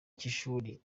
cy’ishuri